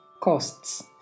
Costs